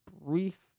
brief